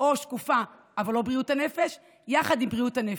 או שקופה אבל לא בריאות הנפש יחד עם בריאות הנפש.